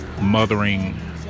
mothering